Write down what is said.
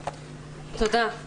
תודה.